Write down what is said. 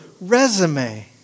resume